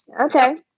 Okay